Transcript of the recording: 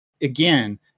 again